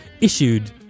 issued